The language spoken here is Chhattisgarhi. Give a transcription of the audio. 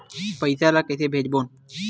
पईसा ला कइसे भेजबोन?